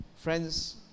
Friends